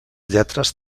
lletres